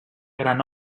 gran